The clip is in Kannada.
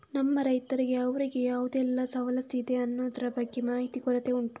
ನಮ್ಮ ರೈತರಿಗೆ ಅವ್ರಿಗೆ ಯಾವುದೆಲ್ಲ ಸವಲತ್ತು ಇದೆ ಅನ್ನುದ್ರ ಬಗ್ಗೆ ಮಾಹಿತಿ ಕೊರತೆ ಉಂಟು